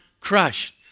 crushed